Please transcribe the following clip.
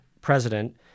president